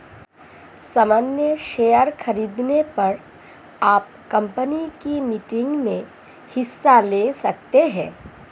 सामन्य शेयर खरीदने पर आप कम्पनी की मीटिंग्स में हिस्सा ले सकते हैं